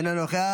אינו נוכח.